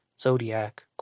Zodiac